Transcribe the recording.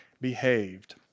behaved